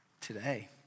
today